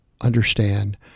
understand